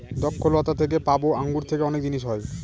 দ্রক্ষলতা থেকে পাবো আঙ্গুর থেকে অনেক জিনিস হয়